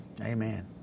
Amen